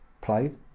played